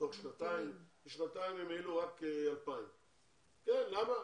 תוך שנתיים ובשנתיים הם העלו רק 2,000. למה?